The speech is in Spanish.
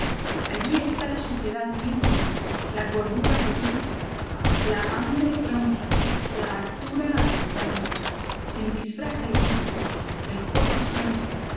allí está la suciedad limpia la gordura rolliza la hambre prompta la hartura abundante sin disfraz el vicio el juego siempre